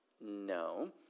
No